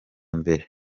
mbere